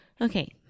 Okay